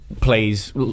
plays